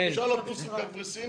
אפשר לטוס לקפריסין,